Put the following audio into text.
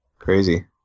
crazy